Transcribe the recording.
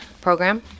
Program